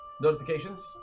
notifications